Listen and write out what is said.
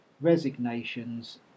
resignations